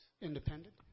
Independent